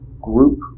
group